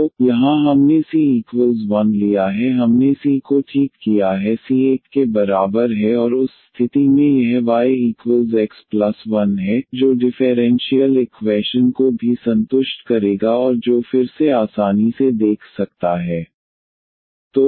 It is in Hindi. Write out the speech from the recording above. तो यहाँ हमने c 1 लिया है हमने c को ठीक किया है c 1 के बराबर है और उस स्थिति में यह y x 1 है जो डिफेरेंशीयल इक्वैशन को भी संतुष्ट करेगा और जो फिर से आसानी से देख सकता है